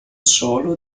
solo